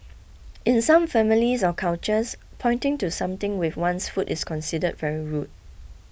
in some families or cultures pointing to something with one's foot is considered very rude